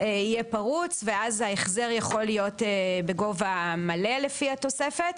יהיה פרוץ ואז ההחזר יכול להיות בגובה מלא לפי התוספת.